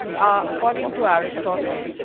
according to aristotle,